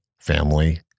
family